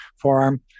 forearm